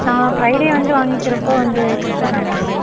நா ஃப்ரைடே வந்து வாங்கிக்கிறப்போ வந்து கொடுத்துர்றேன் அமௌன்ட்டு